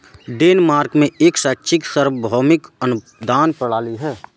Denmark में एक शैक्षिक सार्वभौमिक अनुदान प्रणाली है